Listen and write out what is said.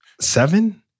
seven